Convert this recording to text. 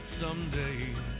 someday